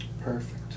Perfect